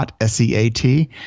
S-E-A-T